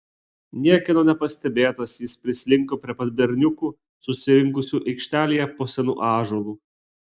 niekieno nepastebėtas jis prislinko prie pat berniukų susirinkusių aikštelėje po senu ąžuolu